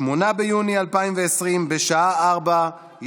8 ביוני 2020, בשעה 16:00.